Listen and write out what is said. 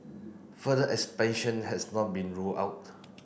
further expansion has not been ruled out